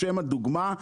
לשם הדוגמה,